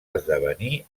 esdevenir